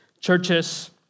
churches